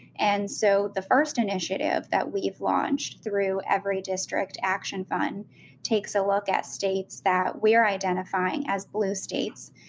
and so the first initiative that we've launched through everydistrict action fund takes a look at states that we're identifying as blue states,